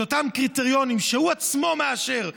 את אותם קריטריונים שהוא עצמו מאשר לרשות,